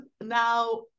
now